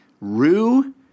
Rue